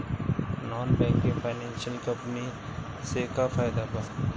Non banking financial company से का फायदा बा?